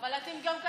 אבל אתם גם ככה,